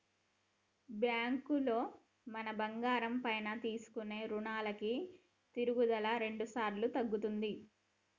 బ్యాంకులో మనం బంగారం పైన తీసుకునే రుణాలకి తరుగుదల రెండుసార్లు తగ్గుతది